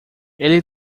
ele